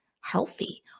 healthy